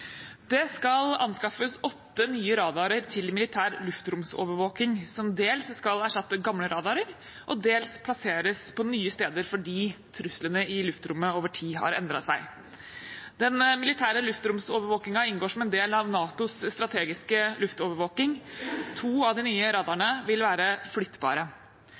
Det skal anskaffes åtte nye radarer til militær luftromsovervåking som dels skal erstatte gamle radarer, dels plasseres på nye steder, fordi truslene i luftrommet over tid har endret seg. Den militære luftromsovervåkingen inngår som en del av NATOs strategiske luftovervåking. To av de nye radarene vil være flyttbare.